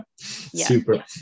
Super